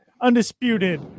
undisputed